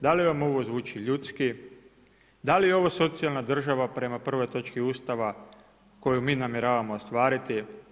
Da li vam ovo zvuči ljudski, da li je ovo socijalna država prema prvoj točki Ustava koju mi namjeravamo ostvariti?